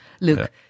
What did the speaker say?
Look